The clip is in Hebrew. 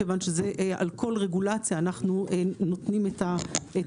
כיוון שזה על כל רגולציה אנחנו נותנים את הפידבק שלנו.